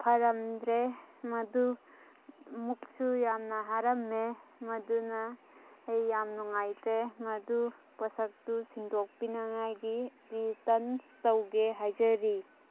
ꯐꯔꯝꯗ꯭ꯔꯦ ꯃꯗꯨ ꯃꯨꯛꯁꯨ ꯌꯥꯝꯅ ꯍꯥꯔꯝꯃꯦ ꯃꯗꯨꯅ ꯑꯩ ꯌꯥꯝ ꯅꯨꯡꯉꯥꯏꯇ꯭ꯔꯦ ꯃꯗꯨ ꯄꯣꯠꯁꯛꯇꯨ ꯁꯤꯟꯗꯣꯛꯄꯤꯅꯤꯡꯉꯥꯏꯒꯤ ꯔꯤꯇꯟ ꯇꯧꯒꯦ ꯍꯥꯏꯖꯔꯤ